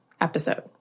episode